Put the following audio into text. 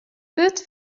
wurd